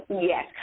Yes